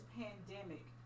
pandemic